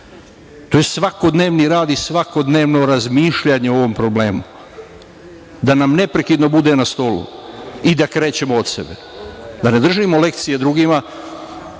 je svakodnevni rad i svakodnevno razmišljanje o ovom problemu, da nam neprekidno bude na stolu i da krećemo od sebe, da ne držimo lekcije drugima